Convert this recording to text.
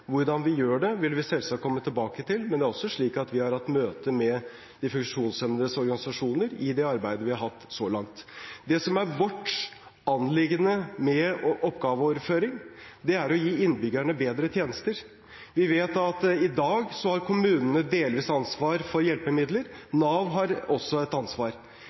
Hvordan vi gjør det, vil vi selvsagt komme tilbake til. Men det er også slik at vi har hatt møte med de funksjonshemmedes organisasjoner i forbindelse med det arbeidet vi har hatt så langt. Det som er vårt anliggende når det gjelder oppgaveoverføring, er å gi innbyggerne bedre tjenester. Vi vet at i dag har kommunene delvis ansvar for hjelpemidler. Nav har også et ansvar.